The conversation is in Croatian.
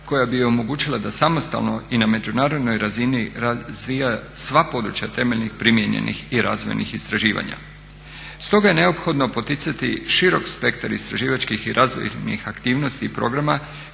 koja bi omogućila da samostalno i na međunarodnoj razini razvija sva područja temeljnih primijenjenih i razvojnih istraživanja. Stoga je neophodno poticati širok spektar istraživačkih i razvojnih aktivnosti i programa